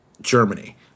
Germany